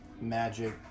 magic